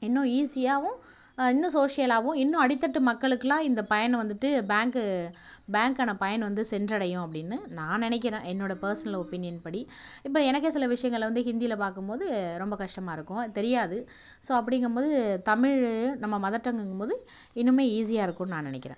இன்னும் ஈஸியாகவும் இன்னும் சோஷியலாகவும் இன்னும் அடித்தட்டு மக்களுக்குலாம் இந்த பயன் வந்துட்டு பேங்கு பேங்குகான பயன் வந்து சென்றடையும் அப்படின்னு நான் நினைக்கிறேன் என்னோடய பர்ஸ்னல் ஒப்பீனியன் படி இப்போ எனக்கே சில விஷயங்களை வந்து ஹிந்தியில் பார்க்கும்போது ரொம்ப கஷ்டமாக இருக்கும் தெரியாது ஸோ அப்டிங்கும்போது தமிழ் நம்ம மதர் டங்குங்கும்போது இன்னும் ஈஸியாக இருக்கும்னு நான் நினைக்கிறேன்